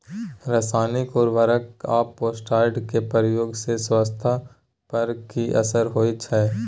रसायनिक उर्वरक आ पेस्टिसाइड के प्रयोग से स्वास्थ्य पर कि असर होए छै?